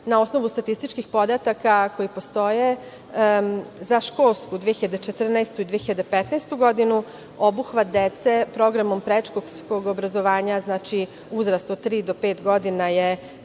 Na osnovu statističkih podataka koji postoje za školsku 2014/15, obuhvat dece programom predškolskog obrazovanja, znači uzrast od tri do pet godina je